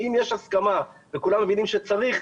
אם יש הסכמה וכולם מבינים שצריך,